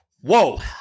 Whoa